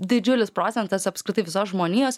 didžiulis procentas apskritai visos žmonijos